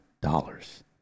dollars